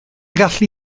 gallu